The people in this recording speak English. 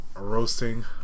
Roasting